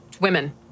Women